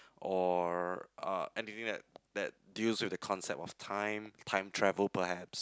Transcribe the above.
or uh anything that that deals with the concept of time time travel perhaps